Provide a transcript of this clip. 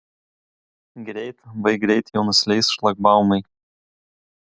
greit vai greit jau nusileis šlagbaumai